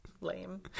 Lame